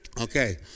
Okay